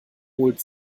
holt